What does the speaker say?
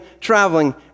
traveling